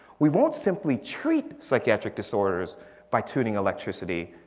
we won't simply treat psychiatric disorders by tuning electricity.